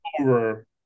over